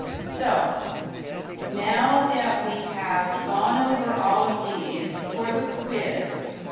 so now that we have gone over all of these for the quiz,